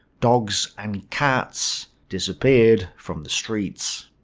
dogs and cats disappeared from the streets.